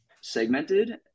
segmented